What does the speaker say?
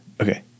Okay